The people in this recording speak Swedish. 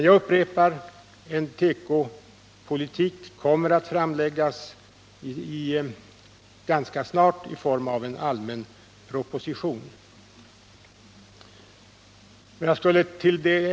Jag upprepar: Förslag om en tekopolitik kommer att framläggas ganska snart i form av en allmän proposition.